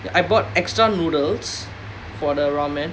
I bought extra noodles for the ramen